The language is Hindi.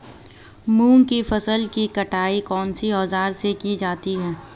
मूंग की फसल की कटाई कौनसे औज़ार से की जाती है?